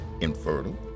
infertile